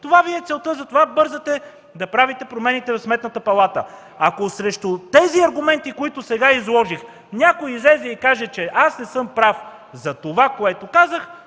Това Ви е целта, затова бързате да правите промените в Сметната палата. Ако срещу тези аргументи, които сега изложих, някой излезе и каже, че не съм прав за това, което казах,